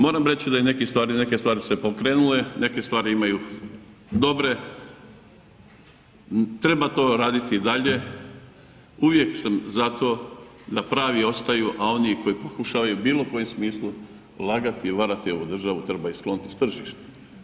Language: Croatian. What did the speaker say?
Moram reći da neke stvari su se pokrenule, neke stvari imaju dobre, treba to raditi i dalje, uvijek sam za to da pravi opstaju a oni koji pokušavaju u bilo kojem smislu lagati i varati ovu državu treba ih skloniti sa tržišta.